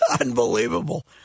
Unbelievable